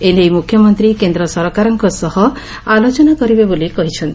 ଏ ନେଇ ମୁଖ୍ୟମନ୍ତୀ କେନ୍ଦ୍ର ସରକାରଙ୍କ ସହ ଆଲୋଚନା କରିବେ ବୋଲି କହିଛନ୍ତି